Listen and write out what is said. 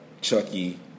Chucky